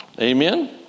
Amen